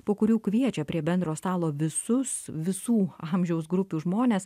po kurių kviečia prie bendro stalo visus visų amžiaus grupių žmones